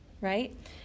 Right